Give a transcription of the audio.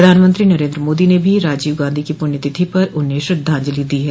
प्रधानमंत्री नरेन्द्र मोदी ने भी राजीव गांधी की पुण्यतिथि पर उन्हें श्रद्धांजलि दी है